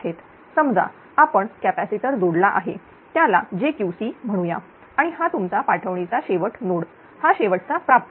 समजा आपण कॅपॅसिटर जोडला आहे त्याला jQC म्हणूया आणि हा तुमचा पाठवणी चा शेवट नोड हा शेवटचा प्राप्त रोड